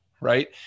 right